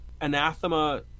Anathema